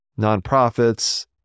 nonprofits